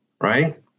right